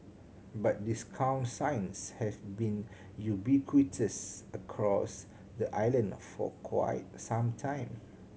but discount signs have been ubiquitous across the island for some time